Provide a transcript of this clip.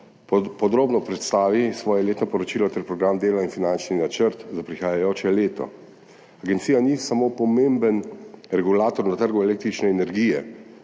podrobno predstavi svoje letno poročilo ter program dela in finančni načrt za prihajajoče leto. Agencija ni samo pomemben regulator na trgu električne energije,